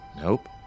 Nope